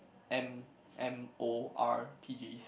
M_M_O_R_P_G